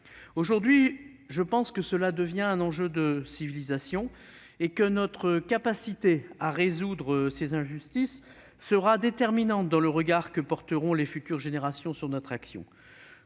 Aujourd'hui, cela devient même, me semble-t-il, un enjeu de civilisation et notre capacité à résoudre ces injustices sera déterminante dans le regard que porteront les futures générations sur notre action.